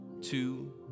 two